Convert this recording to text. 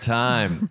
time